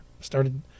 started